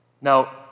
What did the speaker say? Now